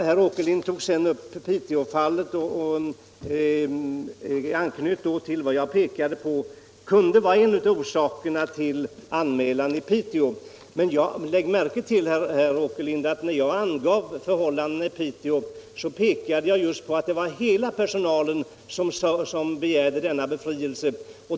Herr Åkerlind tog upp Piteåfallet och anknöt till vad som enligt vad jag pekade på kunde vara en av orsakerna till anmälan i Piteå. Men lägg märke till, herr Åkerlind, att när jag talade om förhållandena i Piteå så framhöll jag att det var hela personalen som begärde denna befrielse.